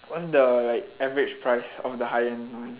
what's the like average price of the high end one